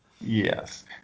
Yes